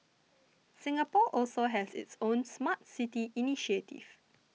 Singapore also has its own Smart City initiative